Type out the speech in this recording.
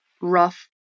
rough